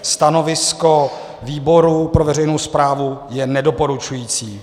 Stanovisko výboru pro veřejnou správu je nedoporučující.